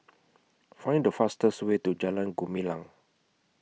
Find The fastest Way to Jalan Gumilang